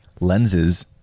lenses